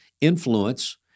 influence